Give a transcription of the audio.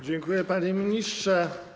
Dziękuję, panie ministrze.